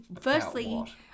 Firstly